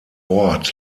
ort